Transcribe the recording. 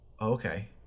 okay